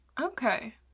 Okay